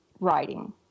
writing